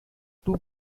two